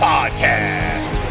Podcast